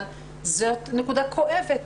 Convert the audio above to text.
אבל זאת נקודה כואבת,